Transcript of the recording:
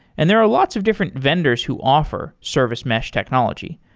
and there are lots of different vendors who offers service mesh technology.